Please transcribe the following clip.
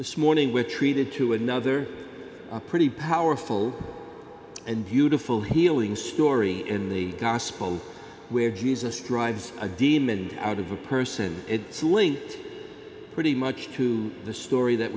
this morning we're treated to another a pretty powerful and beautiful healing story in the gospels where jesus drives a demon out of a person so linked pretty much to the story that